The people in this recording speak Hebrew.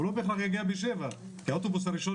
הוא לא בהכרח יגיע בשבע כי האוטובוס הראשון